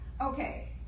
Okay